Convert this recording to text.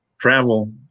Travel